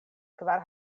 kvar